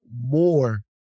more